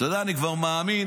אתה יודע, אני כבר מאמין,